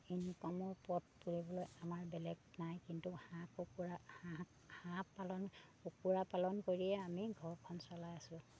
ইনকামৰ পথ বুলিবলৈ আমাৰ বেলেগ নাই কিন্তু হাঁহ কুকুৰা হাঁহ হাঁহ পালন কুকুৰা পালন কৰিয়ে আমি ঘৰখন চলাই আছোঁ